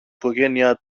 οικογένεια